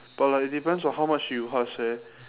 but like it depends on how much you how to say